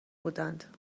بودند